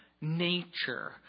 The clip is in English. nature